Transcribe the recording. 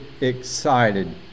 excited